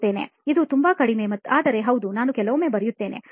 ಇದು ತುಂಬಾ ಕಡಿಮೆ ಆದರೆ ಹೌದು ನಾನು ಕೆಲವೊಮ್ಮೆ ಬರೆಯುತ್ತೇನೆ